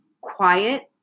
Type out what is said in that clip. quiet